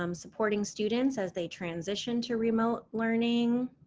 um supporting students as they transition to remote learning,